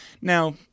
Now